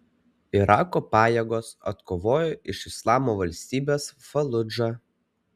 irako pajėgos atkovojo iš islamo valstybės faludžą